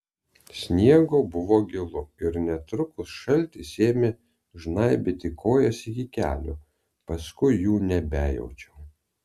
sniego buvo gilu ir netrukus šaltis ėmė žnaibyti kojas iki kelių paskui jų nebejaučiau